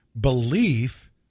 belief